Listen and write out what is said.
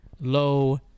Low